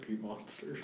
monster